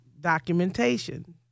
documentation